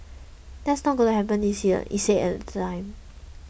that's not going happen this year it said at the time